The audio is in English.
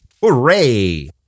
Hooray